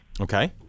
Okay